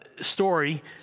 story